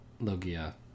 Logia